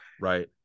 Right